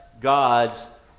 God's